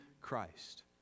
Christ